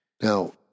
Now